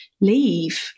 leave